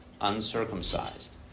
uncircumcised